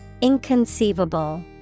inconceivable